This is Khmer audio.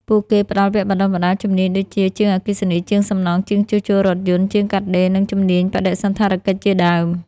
ពួកគេផ្តល់វគ្គបណ្តុះបណ្តាលជំនាញដូចជា ជាងអគ្គិសនី ជាងសំណង់ ជាងជួសជុលរថយន្ត ជាងកាត់ដេរ និងជំនាញបដិសណ្ឋារកិច្ចជាដើម។